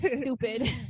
Stupid